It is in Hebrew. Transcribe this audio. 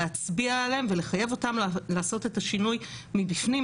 להצביע עליהם ולחייב אותם לעשות את השינוי מבפנים,